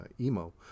emo